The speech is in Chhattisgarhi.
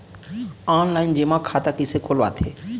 ऑनलाइन जेमा खाता कइसे खोलवाथे?